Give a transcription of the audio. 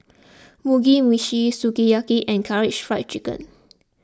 Mugi Meshi Sukiyaki and Karaage Fried Chicken